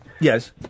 Yes